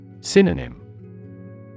Synonym